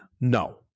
No